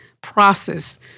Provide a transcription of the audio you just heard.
process